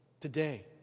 today